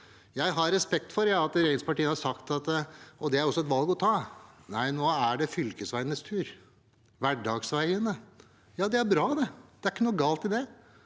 Jeg har respekt for at regjeringspartiet har sagt – og det er også et valg å ta – at det nå er fylkesveienes tur, hverdagsveiene. Ja, det er bra, det er ikke noe galt i det.